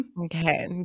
okay